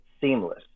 seamless